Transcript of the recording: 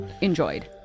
enjoyed